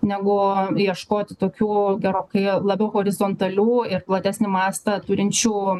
negu ieškoti tokių gerokai labiau horizontalių ir platesnį mastą turinčių